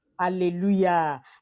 Hallelujah